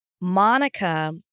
monica